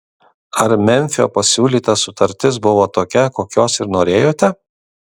ar memfio pasiūlyta sutartis buvo tokia kokios ir norėjote